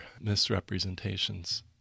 misrepresentations